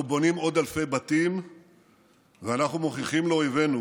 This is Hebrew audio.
אנחנו בונים עוד אלפי בתים ואנחנו מוכיחים לאויבינו